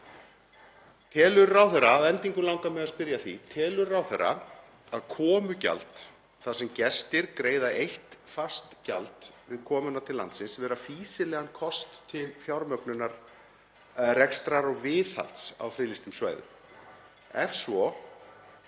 Telur ráðherra komugjald, þar sem gestir greiða eitt fast gjald við komuna til landsins, vera fýsilegan kost til fjármögnunar rekstrar og viðhalds á friðlýstum svæðum? Ef svo